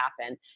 happen